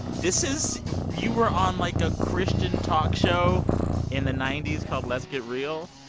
this is you were on, like, a christian talk show in the ninety s called let's get real.